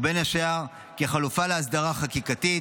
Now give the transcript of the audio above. ובין השאר כחלופה להסדרה חקיקתית.